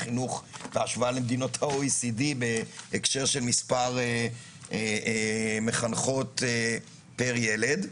החינוך בהשוואה למדינות ה-OECD בהקשר של מספר מחנכות פר ילד.